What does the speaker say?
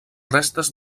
restes